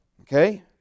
Okay